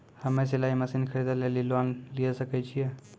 हम्मे सिलाई मसीन खरीदे लेली लोन लिये सकय छियै?